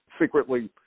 secretly